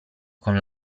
con